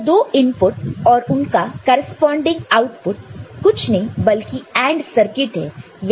यह 2 इनपुट और उनका करेस्पॉन्डिंग आउटपुट कुछ नहीं बल्कि AND सर्किट है या फिर AND लॉजिकहै